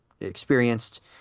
experienced